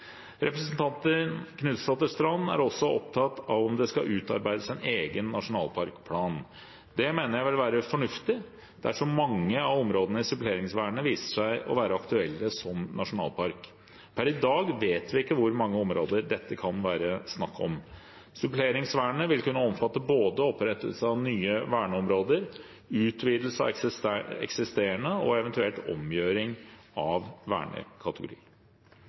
Representanten Knutsdatter Strand er også opptatt av om det skal utarbeides en egen nasjonalparkplan. Det mener jeg vil være fornuftig dersom mange av områdene i suppleringsvernet viser seg å være aktuelle som nasjonalpark. Per i dag vet vi ikke hvor mange områder det kan være snakk om. Suppleringsvernet vil kunne omfatte både opprettelse av nye verneområder, utvidelse av eksisterende og eventuelt omgjøring av vernekategori.